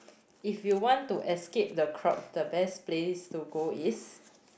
if you want to escape the crock the best place to go is